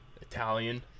Italian